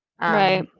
Right